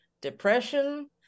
depression